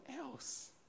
else